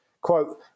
quote